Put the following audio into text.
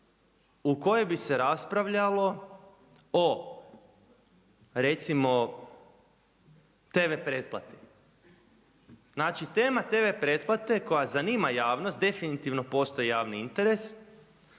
u kojoj bi se raspravljalo o recimo tv pretplati. Znači, tema tv pretplate koja zanima javnost, definitivno postoji javni interes